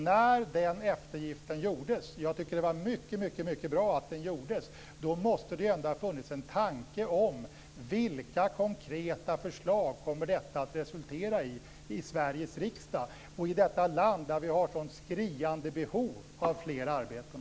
När den eftergiften gjordes - jag tycker att det var mycket bra att den gjordes - måste det ändå ha funnits en tanke om vilka konkreta förslag den kommer att resultera i i Sveriges riksdag och i detta land, där vi har ett sådant skriande behov av fler arbeten.